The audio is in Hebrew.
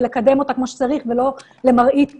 ולקדם אותה כמו שצריך ולא למראית עין,